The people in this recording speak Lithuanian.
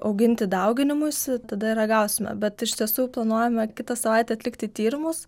auginti dauginimuisi tada ir ragausime bet iš tiesų planuojame kitą savaitę atlikti tyrimus